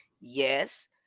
Yes